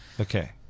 Okay